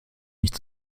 nicht